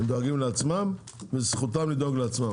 הם דואגים לעצמם, וזכותם לדאוג לעצמם.